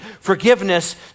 forgiveness